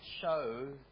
show